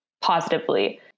positively